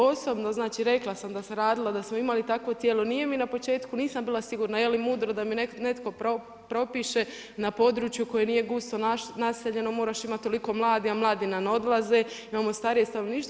Osnovno znači rekla sam da sam radila, da smo imali takvo tijelo, nije mi na početku, nisam bila sigurna je li mudro da mi netko propiše na području koje nije gusto naseljeno moraš imati toliko mladih a mladi nam odlaze, imamo starije stanovništvo.